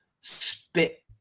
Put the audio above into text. spit